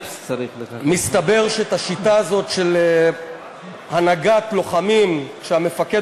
מסתבר שאת השיטה הזאת של הנהגת לוחמים כשהמפקד